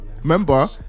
remember